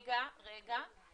רגע, רגע.